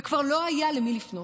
וכבר לא היה למי לפנות.